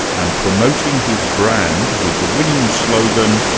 and promoting his brand with the winning slogan,